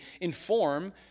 inform